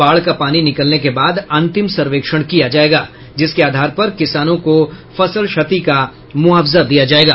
बाढ़ का पानी निकलने के बाद अंतिम सर्वेक्षण किया जायेगा जिसके आधार पर किसानों को फसल क्षति का मुआवजा दिया जायेगा